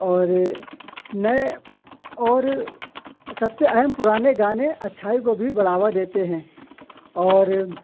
اور نئے اور سب سے اہم پرانے گانے اچھائی کو بھی بڑھاوا دیتے ہیں اور